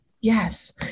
Yes